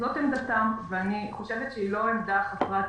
זאת עמדתם ואני חושבת שהיא לא עמדה חסרת